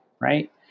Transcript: right